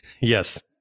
Yes